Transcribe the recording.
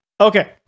Okay